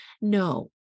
No